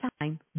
time